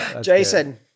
Jason